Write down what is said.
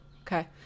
okay